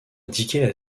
indiquaient